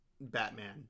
Batman